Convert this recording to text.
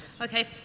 Okay